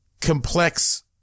complex